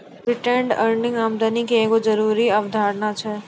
retained earning आमदनी के एगो जरूरी अवधारणा छै